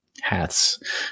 hats